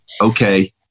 okay